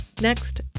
Next